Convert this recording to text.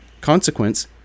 consequence